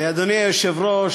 אדוני היושב-ראש,